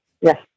Yes